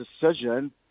decision